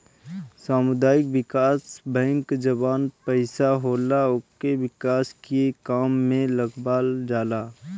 सामुदायिक विकास बैंक जवन पईसा होला उके विकास के काम में लगावल जाला